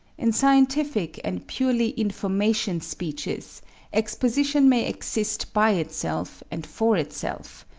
in scientific and purely information speeches exposition may exist by itself and for itself,